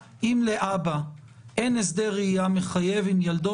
אם לאבא אין הסדר ראייה מחייב עם ילדו,